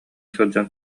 сылдьан